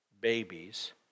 babies